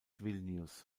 vilnius